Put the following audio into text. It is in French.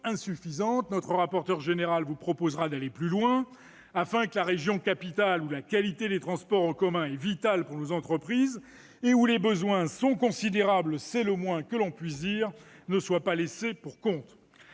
insuffisantes. Notre rapporteur général vous proposera d'aller plus loin, afin que la région capitale, où la qualité des transports en commun est vitale pour nos entreprises et où les besoins sont- c'est le moins que l'on puisse dire -considérables, ne soit pas laissée pour compte.